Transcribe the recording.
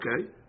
Okay